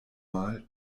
mal